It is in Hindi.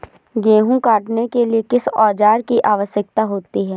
गेहूँ काटने के लिए किस औजार की आवश्यकता होती है?